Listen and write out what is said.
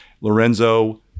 Lorenzo